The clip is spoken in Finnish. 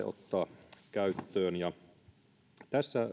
ottaa käyttöön tässä